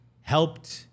helped